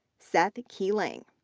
seth keeling,